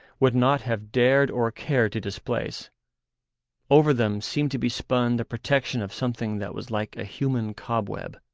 would not have dared or cared to displace over them seemed to be spun the protection of something that was like a human cobweb.